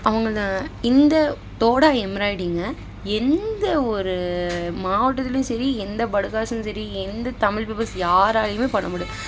அவங்கள இந்த தோடா எம்ப்ராய்டிங்க எந்தவொரு மாவட்டத்துலேயும் சரி எந்த படுகாஸும் சரி எந்த தமிழ் பீப்பிள்ஸ் யாராலேயுமே பண்ண முடியாது